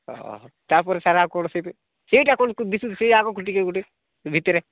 ହଁ ହଁ ହଁ ତାପରେ ସାର୍ ଆଉ କୌଣସି ବି ସେଇଟା କ'ଣ ଦିଶୁଛି ସେଇ ଆଗକୁ ଟିକେ ଗୋଟେ ଭିତରେ